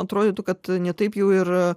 atrodytų kad ne taip jau ir